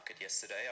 yesterday